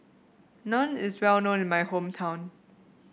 naan is well known in my hometown